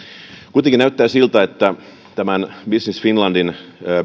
kuitenkin näyttää siltä että tämän business finlandin